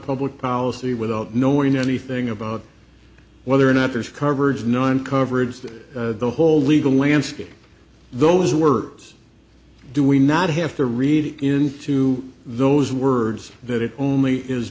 public policy without knowing anything about whether or not there is coverage no one coverage that the whole legal landscape those works do we not have to read into those words that it only is